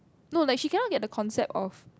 no like she cannot get the concept of